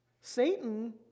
Satan